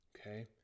Okay